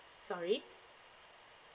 sorry